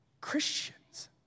Christians